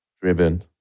driven